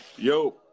Yo